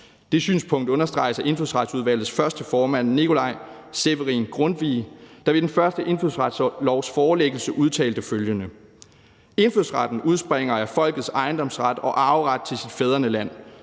Det synspunkt understreges af Indfødsretsudvalgets første formand, Nikolai Severin Grundtvig, der ved den første indfødsretslovs forelæggelse udtalte følgende: Indfødsretten udspringer af folkets ejendomsret og arveret til sit fædrene land,